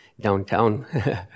downtown